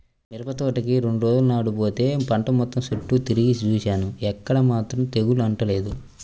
మిరపతోటకి రెండు రోజుల నాడు బోతే పంట మొత్తం చుట్టూ తిరిగి జూసినా ఎక్కడా ఏమాత్రం తెగులు అంటలేదు